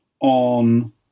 on